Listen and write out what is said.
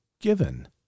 given